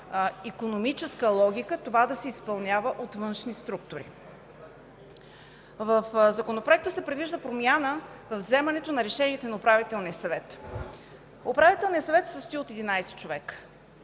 икономическа логика това да се изпълнява от външни структури. В законопроекта се предвижда промяна във вземането на решенията на Управителния съвет. Управителният съвет се състои от 11 човека,